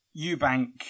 Eubank